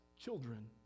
children